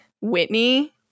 Whitney